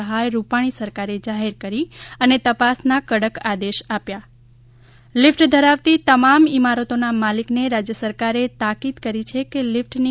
સહાય રૂપાણી સરકારે જાહેર કરી અને તપાસના કડક આદેશ આપ્યા લીફટ ધરાવતી તમામ ઈમારતોના માલિકને રાજ્ય સરકારે તાકીદ કરી છે કે લિફ્ટની